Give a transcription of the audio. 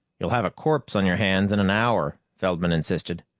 you'll have a corpse on your hands in an hour, feldman insisted.